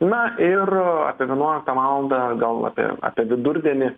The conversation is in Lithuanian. na ir apie vienuoliktą valandą gal apie apie vidurdienį